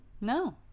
No